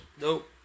Nope